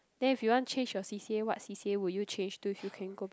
then if you want change your C_C_A what C_C_A would you change to if you can go back